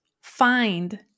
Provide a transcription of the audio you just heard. find